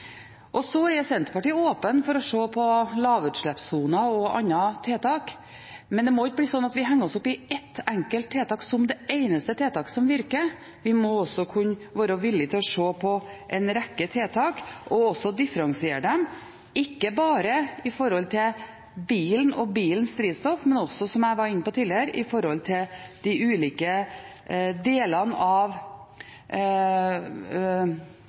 er også åpne for å se på lavutslippssoner og andre tiltak, men det må ikke bli slik at vi henger oss opp i ett enkelt tiltak som det eneste tiltaket som virker. Vi må også kunne være villige til å se på en rekke tiltak og å differensiere dem, ikke bare når det gjelder bilen og bilens drivstoff, men også – som jeg var inne på tidligere – når det gjelder ulike